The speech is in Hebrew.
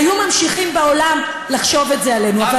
היו ממשיכים בעולם לחשוב את זה עלינו.